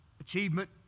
achievement